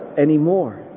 anymore